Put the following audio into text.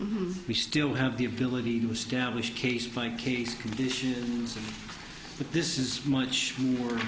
l we still have the ability to establish case by case conditions but this is much more